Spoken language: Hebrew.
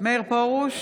מאיר פרוש,